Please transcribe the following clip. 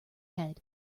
head